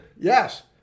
Yes